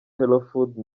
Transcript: hellofood